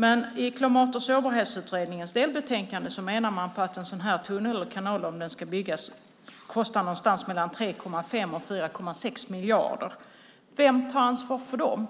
Men i Klimat och sårbarhetsutredningens delbetänkande menar man att en sådan här tunnel eller en kanal, om den ska byggas, kostar någonstans mellan 3,5 och 4,6 miljarder. Vem tar ansvar för det?